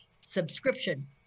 subscription